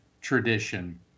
tradition